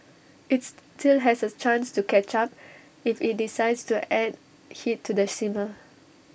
IT still has A chance to catch up if IT decides to add heat to the simmer